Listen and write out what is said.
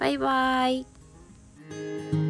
バイバイ。